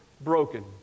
broken